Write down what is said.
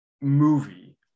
movie